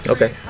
Okay